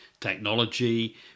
technology